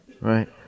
right